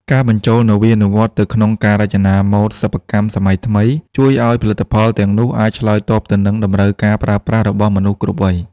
ការបញ្ចូលនវានុវត្តន៍ទៅក្នុងការរចនាម៉ូដសិប្បកម្មសម័យថ្មី ជួយឱ្យផលិតផលទាំងនោះអាចឆ្លើយតបទៅនឹងតម្រូវការប្រើប្រាស់របស់មនុស្សគ្រប់វ័យ។